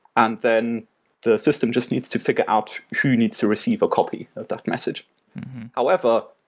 and then the system just needs to figure out who needs to receive a copy of that message however,